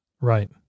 Right